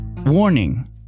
Warning